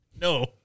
No